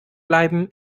bleiben